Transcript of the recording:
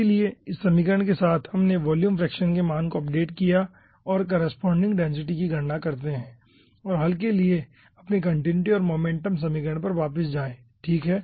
इसलिए इस समीकरण के साथ हमने वॉल्यूम फ्रैक्शन के मान को अपडेट किया और करेस्पोंडिंग डेंसिटी की गणना करते है और हल के लिए अपनी कंटीन्यूटी और मोमेंटम समीकरण पर वापस जाये ठीक है